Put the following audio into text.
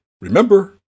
Remember